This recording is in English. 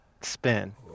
spin